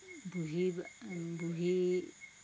বুঢ়ী বুঢ়ী